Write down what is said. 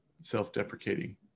self-deprecating